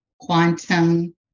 quantum